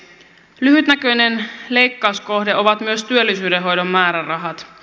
lyhytnäköinen leikkauskohde on myös työllisyyden hoidon määrärahat